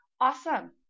awesome